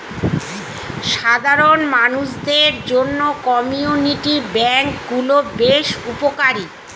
সাধারণ মানুষদের জন্য কমিউনিটি ব্যাঙ্ক গুলো বেশ উপকারী